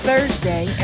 Thursday